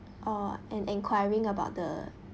or an enquiring about the